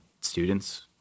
students